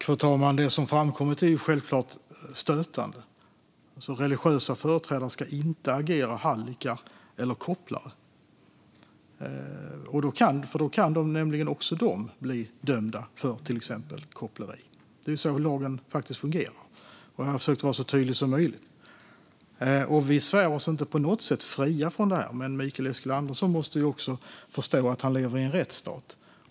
Fru talman! Det som framkommit är självklart stötande. Religiösa företrädare ska inte agera hallickar eller kopplare. Då kan även de bli dömda för till exempel koppleri. Det är så lagen fungerar, och jag har försökt vara så tydlig som möjligt där. Vi svär oss inte på något sätt fria i detta, men Mikael Eskilandersson måste förstå att han lever i en rättsstat.